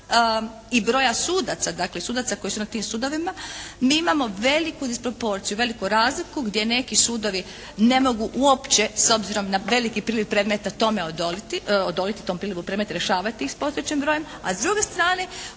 i broja sudaca, dakle sudaca koji su na tim sudovima mi imamo veliku disproporciju, veliku razliku gdje neki sudovi ne mogu uopće s obzirom na veliki priliv predmeta tome odoliti, odoliti tom prilivu predmeta i rješavati ih s postojećim brojem. A s druge strane,